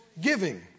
giving